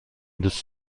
دوست